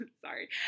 sorry